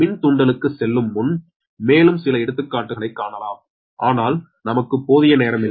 மின் தூண்டலுக்கு செல்லும் முன் மேலும் சில எடுத்துக்காட்டுகளை காணலாம் ஆனால் நமக்கு போதிய நேரமில்லை